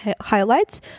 highlights